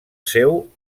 seu